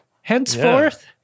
henceforth